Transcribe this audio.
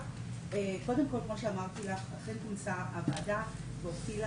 קודם כל כמו שאמרתי לך, אכן כונסה הוועדה ונבילה